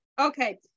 okay